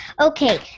Okay